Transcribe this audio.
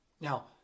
Now